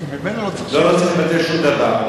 שום דבר.